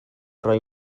roi